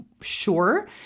sure